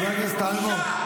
חבר הכנסת אלמוג.